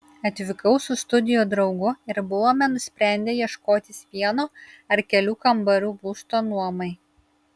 atvykau su studijų draugu ir buvome nusprendę ieškotis vieno ar kelių kambarių būsto nuomai